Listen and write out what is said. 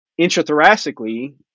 intrathoracically